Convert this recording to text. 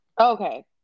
Okay